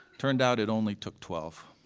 turned out it only took twelve.